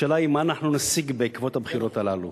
השאלה היא מה אנחנו נשיג בעקבות הבחירות הללו.